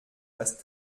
dass